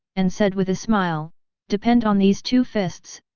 and said with a smile depend on these two fists,